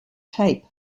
tape